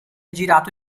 girato